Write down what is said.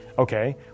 Okay